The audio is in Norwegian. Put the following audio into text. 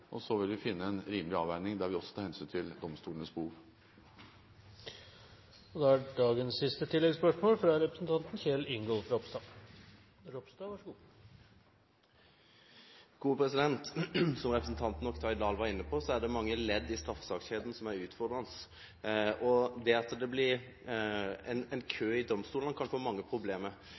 og så finner en rimelig avveining der vi også tar hensyn til domstolenes behov. Kjell Ingolf Ropstad — til dagens siste oppfølgingsspørsmål. Som representanten Oktay Dahl var inne på, er det mange ledd i straffesakskjeden som er utfordrende, og det at det blir kø i domstolene, kan føre til mange problemer.